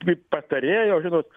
kaip patarėjo žinot